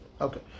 Okay